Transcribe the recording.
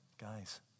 guys